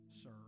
sir